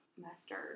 mustard